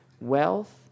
Wealth